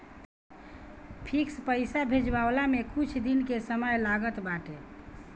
fix पईसा भेजाववला में कुछ दिन के समय लागत बाटे